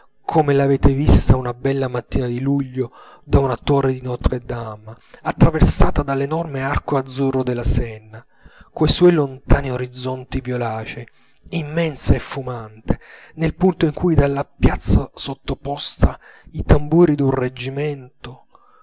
come l'avete vista una bella mattina di luglio da una torre di ntre dame attraversata dall'enorme arco azzurro della senna coi suoi lontani orizzonti violacei immensa e fumante nel punto in cui dalla piazza sottoposta i tamburi d'un reggimento